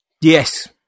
Yes